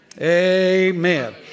Amen